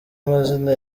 amazina